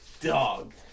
Dog